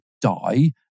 die